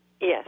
Yes